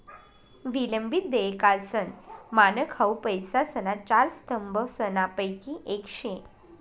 विलंबित देयकासनं मानक हाउ पैसासना चार स्तंभसनापैकी येक शे